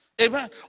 Amen